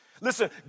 Listen